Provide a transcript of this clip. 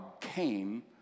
came